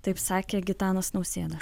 taip sakė gitanas nausėda